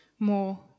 more